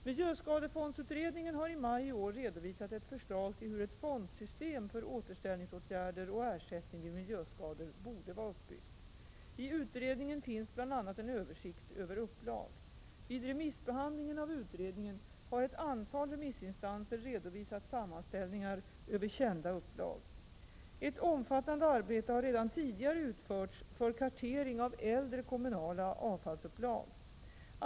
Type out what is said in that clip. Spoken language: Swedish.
Miljöskadefondutredningen har i maj i år redovisat ett förslag till hur ett fondsystem för återställningsåtgärder och ersättning vid miljöskador borde vara uppbyggt. I utredningen finns bl.a. en översikt över upplag. Vid remissbehandlingen av utredningen har ett antal remissinstanser redovisat sammanställningar över kända upplag. Ett omfattande arbete har redan tidigare utförts för kartering av äldre kommunala avfallsupplag.